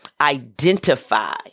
identify